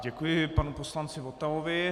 Děkuji panu poslanci Votavovi.